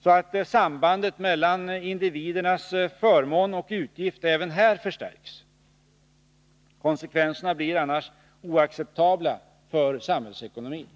så att sambandet mellan individerna och förmåner och utgifter även här förstärks. Konsekvenserna blir annars oacceptabla för samhällsekonomin.